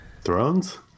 Thrones